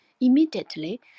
immediately